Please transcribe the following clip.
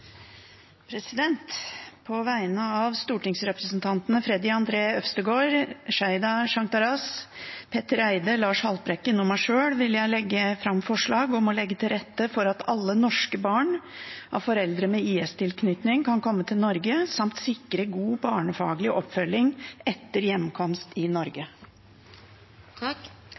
På vegne av stortingsrepresentantene Freddy André Øvstegård, Sheida Sangtarash, Petter Eide, Lars Haltbrekken og meg sjøl vil jeg framsette et forslag om å legge til rette for at alle norske barn av foreldre med IS-tilknytning kan komme til Norge, samt sikre god barnefaglig oppfølging etter hjemkomst til Norge.